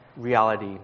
reality